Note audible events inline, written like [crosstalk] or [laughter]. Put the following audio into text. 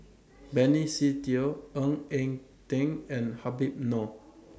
[noise] Benny Se Teo Ng Eng Teng and Habib Noh [noise]